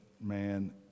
man